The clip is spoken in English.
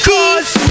Cause